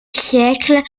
siècle